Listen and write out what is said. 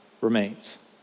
remains